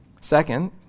Second